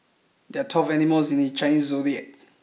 there are twelve animals in the Chinese zodiac